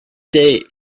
date